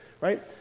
right